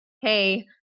hey